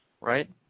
right